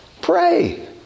pray